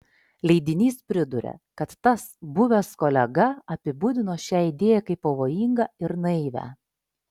leidinys priduria kad tas buvęs kolega apibūdino šią idėją kaip pavojingą ir naivią